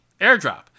Airdrop